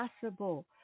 possible